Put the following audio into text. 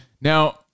now